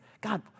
God